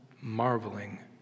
marveling